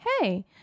Hey